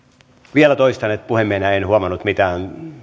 vielä toistan että puhemiehenä en huomannut mitään